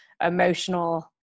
Emotional